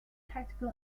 tactical